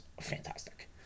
fantastic